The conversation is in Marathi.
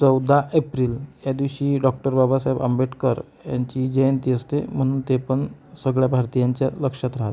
चौदा एप्रिल या दिवशी डॉक्टर बाबासाहेब आंबेडकर यांची जयंती असते म्हणून ते पण सगळ्या भारतीयांच्या लक्षात राहतं